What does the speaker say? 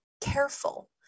careful